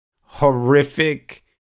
horrific